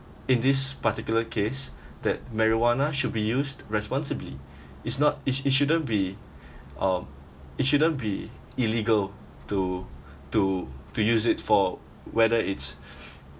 in this particular case that marijuana should be used responsibly is not it it shouldn't be um it shouldn't be illegal to to to use it for whether it's